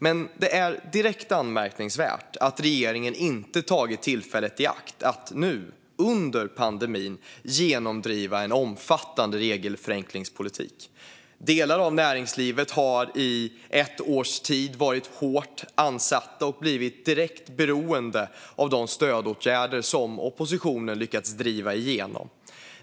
Det är dock direkt anmärkningsvärt att regeringen inte tagit tillfället i akt att nu, under pandemin, genomdriva en omfattande regelförenklingspolitik. Delar av näringslivet har i ett års tid varit hårt ansatta och blivit direkt beroende av de stödåtgärder som oppositionen lyckats driva igenom.